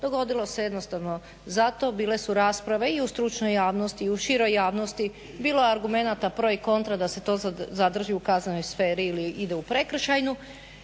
Dogodilo se jednostavno zato, bile su rasprave i u stručnoj javnosti i u široj javnosti, bilo je argumenata pro i kontra da se to zadrži u kaznenoj sferi ili ide u prekršajnu.